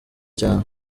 cyane